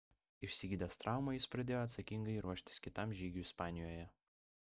išsigydęs traumą jis pradėjo atsakingai ruoštis kitam žygiui ispanijoje